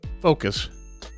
focus